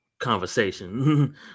conversation